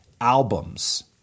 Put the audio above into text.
albums